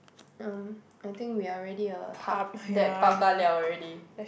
um I think we're already a hub that bao ka liao already